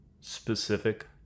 specific